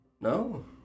No